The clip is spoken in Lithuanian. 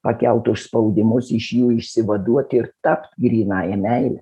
pakelt užspaudimus iš jų išsivaduoti ir tapt grynąja meile